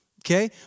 Okay